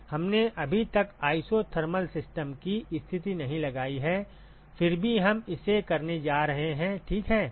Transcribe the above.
हमने अभी तक isothermal सिस्टम की स्थिति नहीं लगाई है फिर भी हम इसे करने जा रहे हैं ठीक